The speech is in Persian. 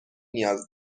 نیاز